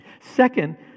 Second